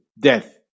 death